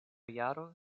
jaro